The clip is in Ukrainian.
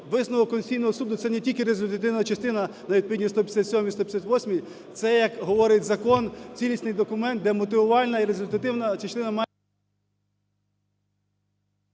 Висновок Конституційного Суду – це не тільки резолютивна частина на відповідність 157-ій, 158-ій, це, як говорить закон, цілісний документ, де мотивувальна і резолютивна частина має…